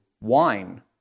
wine